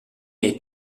nei